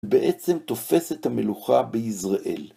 בעצם תופס את המלוכה ביזרעאל.